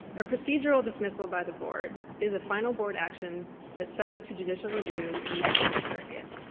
a procedural dismissal by the board is a final board action that's subject to judicial review in the federal circuit.